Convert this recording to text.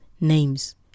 names